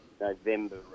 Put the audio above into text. November